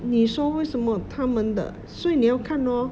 你说为什么他们的所以你要看 lor